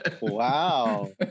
wow